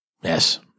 Yes